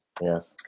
Yes